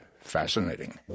fascinating